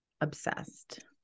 Obsessed